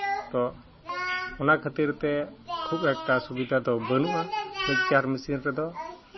ᱛᱚ ᱚᱱᱟ ᱠᱷᱟᱹᱛᱤᱨ ᱛᱮ ᱠᱷᱩᱵ ᱮᱠᱴᱟ ᱥᱩᱵᱤᱫᱷᱟ ᱫᱚ ᱵᱟᱹᱱᱩᱜᱼᱟ ᱢᱤᱠᱥᱪᱟᱨ ᱢᱮᱥᱤᱱ ᱨᱮᱫᱚ